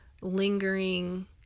lingering